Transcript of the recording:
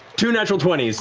two natural twenty s.